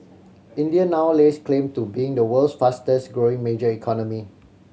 India now lays claim to being the world's fastest growing major economy